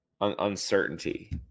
Uncertainty